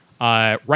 Right